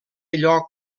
lloc